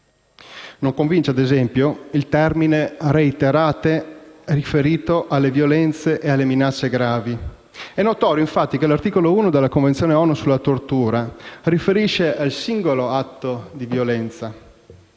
Non convince - ad esempio - il termine «reiterate» riferito alle violenze e alle minacce gravi. È notorio, infatti, che l'articolo 1 della Convenzione ONU sulla tortura riferisce al singolo atto di violenza.